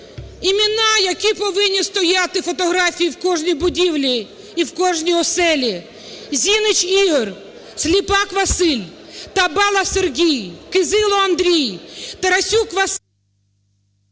Імена, які повинні стояти фотографії в кожній будівлі і в кожній оселі: Зінич Ігор, Сліпак Василь, Табала Сергій, Кизило Андрій, Тарасюк Василь…